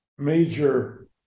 major